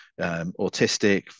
autistic